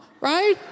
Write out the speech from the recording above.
right